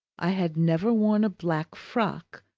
i had never worn a black frock,